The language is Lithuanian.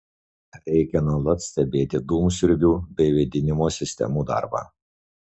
reikia nuolat stebėti dūmsiurbių bei vėdinimo sistemų darbą